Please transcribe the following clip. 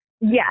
Yes